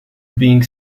being